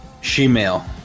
she-male